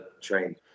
train